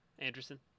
Anderson